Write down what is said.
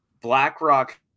BlackRock